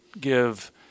give